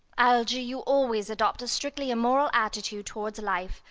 algy, you always adopt a strictly immoral attitude towards life.